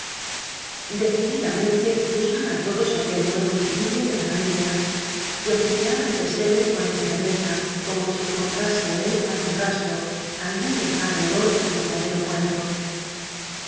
decididamente gustaba á todos aquel nue vo individuo de la familia que hociqueaba el pesebre con extrañeza como si encontrase él en algún rastro algún lejano olor del com pañero muerto